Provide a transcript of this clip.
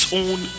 own